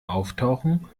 auftauchen